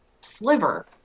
sliver